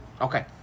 Okay